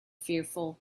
fearful